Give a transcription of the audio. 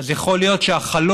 אז יכול להיות שהחלום,